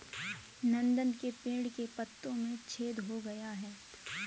नंदन के पेड़ के पत्तों में छेद हो गया है